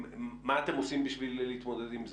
מה אתם עושים כדי להתמודד עם זה?